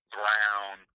brown